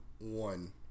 one